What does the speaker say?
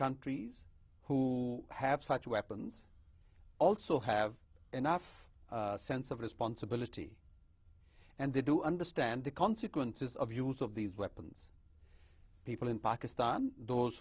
countries who have such weapons also have enough sense of responsibility and they do understand the consequences of use of these weapons people in pakistan those